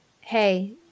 hey